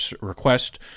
request